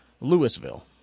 Louisville